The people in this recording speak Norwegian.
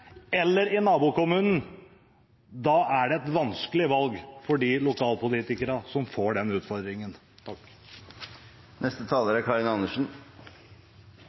eller i nabokommunen, er det et vanskelig valg for de lokalpolitikerne som får den utfordringen.